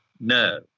no